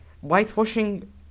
whitewashing